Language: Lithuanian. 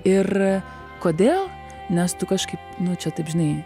ir kodėl nes tu kažkaip nu čia taip žinai